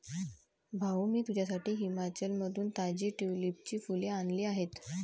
भाऊ, मी तुझ्यासाठी हिमाचलमधून ताजी ट्यूलिपची फुले आणली आहेत